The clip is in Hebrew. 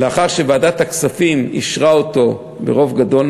לאחר שוועדת הכספים אישרה אותו ברוב גדול,